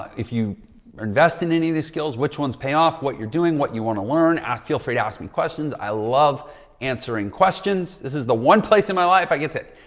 if you invest in any of these skills, which ones pay off what you're doing, what you want to learn. i feel free to ask me questions. i love answering questions. this is the one place in my life. i get it.